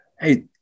Hey